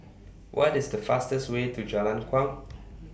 What IS The fastest Way to Jalan Kuang